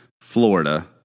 Florida